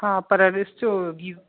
हा पर ॾिसिजो गीज